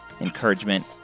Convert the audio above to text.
encouragement